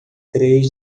três